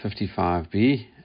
55b